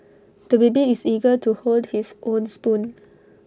the baby is eager to hold his own spoon